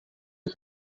are